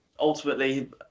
ultimately